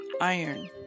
iron